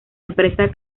empresa